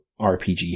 RPG